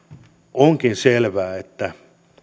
onkin selvää että